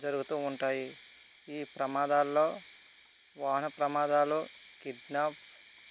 జరుగుతు ఉంటాయి ఈ ప్రమాదాలలోవాహన ప్రమాదాలు కిడ్నాప్